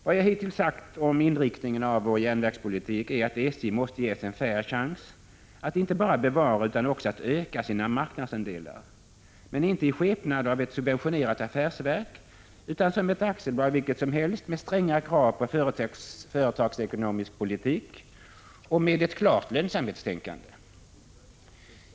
Vad jag hittills sagt om inriktningen av vår järnvägspolitik är att SJ måste ges en fair chans att inte bara bevara utan också öka sina marknadsandelar, men inte i skepnad av ett subventionerat affärsverk utan som ett aktiebolag vilket som helst med stränga krav på företagsekonomisk politik och med ett klart lönsamhetstänkande.